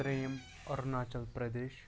ترٛیٚیِم اَروناچَل پردیش